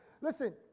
Listen